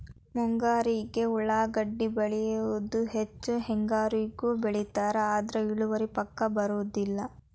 ಮುಂಗಾರಿಗೆ ಉಳಾಗಡ್ಡಿನ ಬೆಳಿಯುದ ಹೆಚ್ಚ ಹೆಂಗಾರಿಗೂ ಬೆಳಿತಾರ ಆದ್ರ ಇಳುವರಿ ಪಕ್ಕಾ ಬರುದಿಲ್ಲ